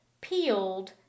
Peeled